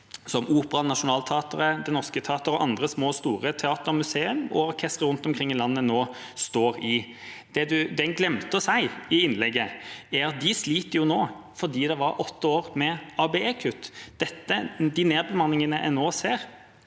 som Operaen, Nationaltheatret, Det Norske Teatret og andre små og store teater, museum og orkestre rundt omkring i landet nå står i. Det representanten glemte å si i innlegget, er at de nå sliter fordi det var åtte år med ABE-kutt. De nedbemanningene man nå ser,